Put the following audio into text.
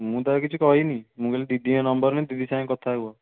ମୁଁ ତାକୁ କିଛି କହିନି ମୁଁ କହିଲି ଦିଦିଙ୍କ ନମ୍ବର ନିଅ ଦିଦି ସାଙ୍ଗେ କଥା ହୁଅ